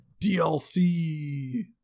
DLC